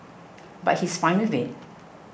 but he's fine with it